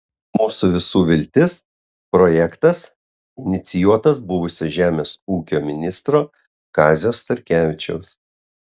mūsų visų viltis projektas inicijuotas buvusio žemės ūkio ministro kazio starkevičiaus